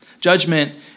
Judgment